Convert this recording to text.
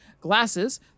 Glasses